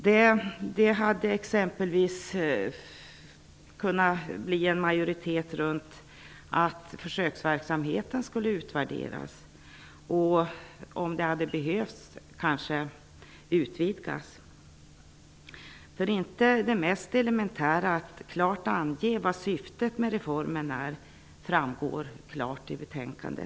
Det hade exempelvis kunnat bli majoritet runt ett förslag om att försöksverksamheten skall utvärderas och, om det hade behövts, kanske utvidgas. Det mest elementära -- att klart ange vad syftet med reformen är -- framgår inte i betänkandet.